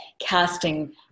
Casting